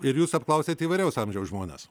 ir jūs apklausėt įvairaus amžiaus žmones